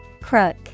Crook